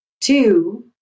Two